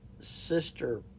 sister